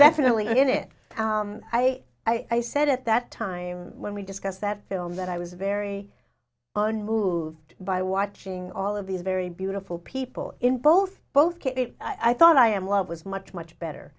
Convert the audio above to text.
definitely in it i i said at that time when we discussed that film that i was very own moved by watching all of these very beautiful people in both both i thought i am love was much much better